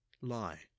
Lie